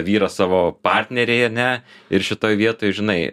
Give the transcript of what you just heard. vyras savo partnerei ar ne ir šitoj vietoj žinai